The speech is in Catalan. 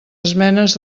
esmenes